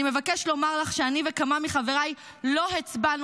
אני מבקש לומר לך שאני וכמה מחבריי לא הצבענו